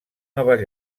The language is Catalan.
nova